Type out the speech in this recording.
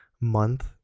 month